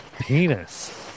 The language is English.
Penis